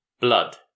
Blood